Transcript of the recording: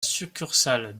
succursale